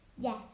Yes